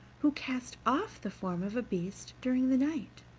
who cast off the form of a beast during the night.